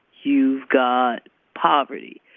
you've got poverty,